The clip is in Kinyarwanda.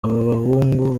ababahungu